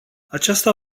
acesta